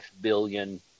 billion